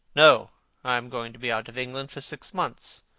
no i am going to be out of england for six months.